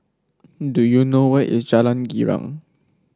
do you know where is Jalan Girang